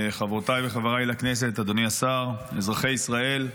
חברותיי וחבריי לכנסת, אדוני השר, אזרחי ישראל,